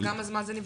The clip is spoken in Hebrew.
כל כמה זמן זה נבדק?